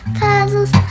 puzzles